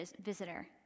visitor